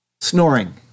snoring